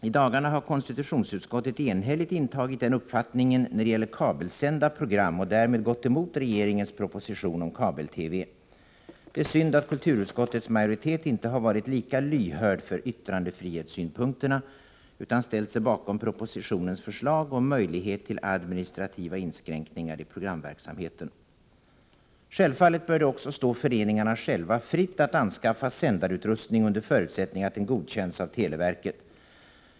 I dagarna har konstitutionsutskottet enhälligt intagit den uppfattningen när det gäller kabelsända program och därmed gått emot regeringens proposition om kabel-TV. Det är synd att kulturutskottets majoritet inte har varit lika lyhörd för yttrandefrihetssynpunkterna, utan ställt sig bakom propositionens förslag om möjlighet till administrativa inskränkningar i programverksamheten. Självfallet bör det också stå föreningarna själva fritt att anskaffa sändarutrustning, under förutsättning att den godkänns av televerket.